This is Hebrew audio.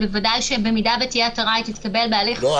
בוודאי ואם תהיה התרה היא תתקבל בהליך מנהלי סדור --- לא.